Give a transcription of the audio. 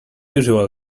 usual